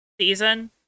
season